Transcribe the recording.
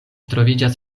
troviĝas